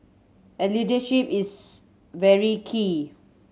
and leadership is very key